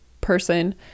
person